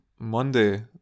Monday